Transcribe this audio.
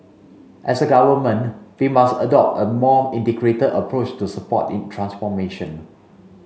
as a Government we must adopt a more integrated approach to support in transformation